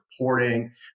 reporting